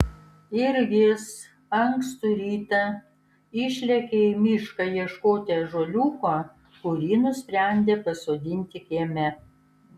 ir jis ankstų rytą išlėkė į mišką ieškoti ąžuoliuko kurį nusprendė pasodinti kieme